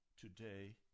Today